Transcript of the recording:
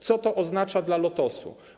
Co to oznacza dla Lotosu?